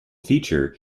feature